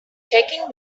taking